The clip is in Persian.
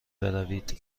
بروید